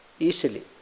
easily